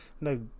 No